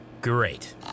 Great